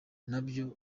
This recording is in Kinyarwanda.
nabyo